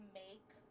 make